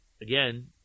again